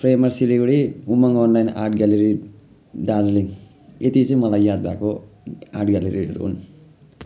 framer Siliguri Umang online art gallery Darjeeling यति चाहिँ मालाई याद भएको आर्ट ग्यालेरीहरू हुन्